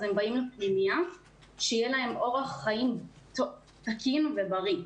אז הם באים לפנימייה שיהיה להם אורח חיים תקין ובריא.